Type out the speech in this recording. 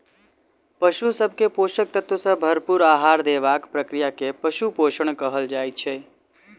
पशु सभ के पोषक तत्व सॅ भरपूर आहार देबाक प्रक्रिया के पशु पोषण कहल जाइत छै